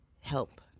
help